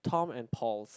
Tom and Paws